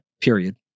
period